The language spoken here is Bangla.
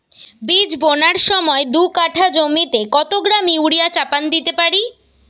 বীজ বোনার সময় দু কাঠা জমিতে কত গ্রাম ইউরিয়া চাপান দিতে পারি?